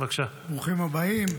ברוכים הבאים.